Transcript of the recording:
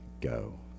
go